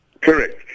Correct